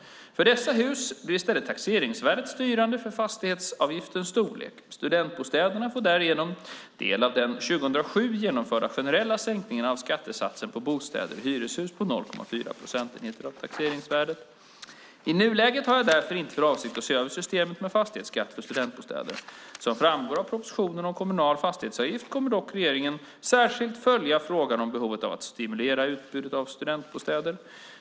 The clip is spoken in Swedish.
För dessa hus blir i stället taxeringsvärdet styrande för fastighetsavgiftens storlek. Studentbostäderna får därigenom del av den 2007 genomförda generella sänkningen av skattesatsen på bostäder i hyreshus till 0,4 procent av taxeringsvärdet. I nuläget har jag därför inte för avsikt att se över systemet med fastighetsavgift för studentbostäder. Som framgår av propositionen om kommunal fastighetsavgift kommer dock regeringen särskilt att följa frågan om behovet av att stimulera utbudet av studentbostäder.